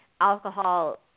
alcohol